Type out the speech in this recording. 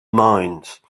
mines